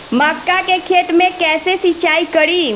मका के खेत मे कैसे सिचाई करी?